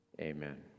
Amen